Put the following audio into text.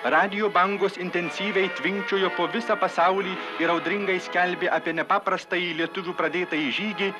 radijo bangos intensyviai tvinkčiojo po visą pasaulį ir audringai skelbė apie nepaprastąjį lietuvių pradėtąjį žygį